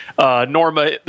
Norma